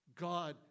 God